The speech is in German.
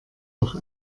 doch